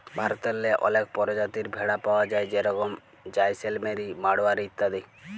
ভারতেল্লে অলেক পরজাতির ভেড়া পাউয়া যায় যেরকম জাইসেলমেরি, মাড়োয়ারি ইত্যাদি